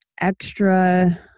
extra